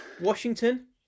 Washington